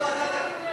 ועדה?